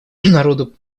народу